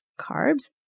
carbs